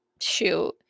Shoot